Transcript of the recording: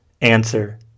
Answer